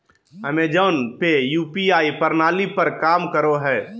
Amazon पे UPI प्रणाली पर काम करो हय